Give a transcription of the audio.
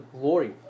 glory